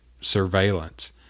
surveillance